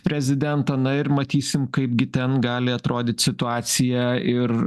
prezidentą na ir matysim kaipgi ten gali atrodyt situacija ir